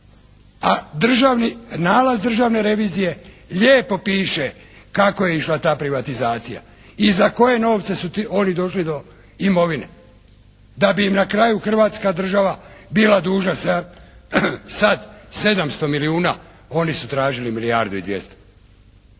nalaz državne revizije lijepo piše kako je išla ta privatizacija i za koje novce su oni došli do imovine da bi im na kraju hrvatska država bila dužna sad 700 milijuna, oni su tražili milijardu i 200.